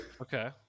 Okay